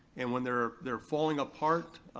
and when they're they're falling apart,